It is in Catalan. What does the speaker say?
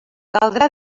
caldrà